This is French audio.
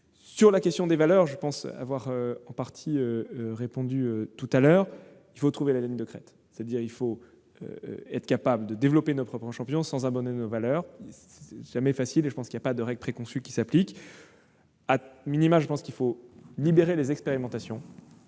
Sur la question des valeurs, je pense avoir en partie répondu tout à l'heure. Il faut trouver la ligne de crête, être capable de développer nos propres champions sans abandonner nos valeurs. Ce n'est jamais facile et il n'y a pas de règle préconçue qui s'applique. Cela dit, il faut, au minimum, libérer les expérimentations-